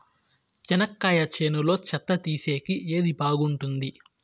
చెనక్కాయ చేనులో చెత్త తీసేకి ఏది బాగుంటుంది?